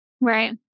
right